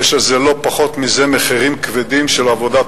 ויש לזה לא פחות מזה מחירים כבדים בעבודת